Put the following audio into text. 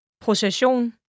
procession